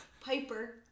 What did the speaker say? Piper